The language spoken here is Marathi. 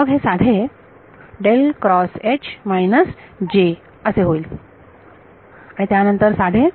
मग हे साधे होईल असे होईल आणि त्यानंतर साधे